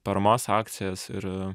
paramos akcijas ir